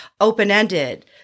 open-ended